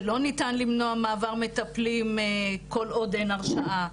שלא ניתן למנוע מעבר מטפלים כל עוד אין הרשעה,